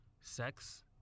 sex